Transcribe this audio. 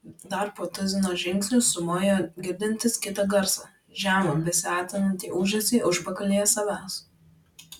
dar po tuzino žingsnių sumojo girdintis kitą garsą žemą besiartinantį ūžesį užpakalyje savęs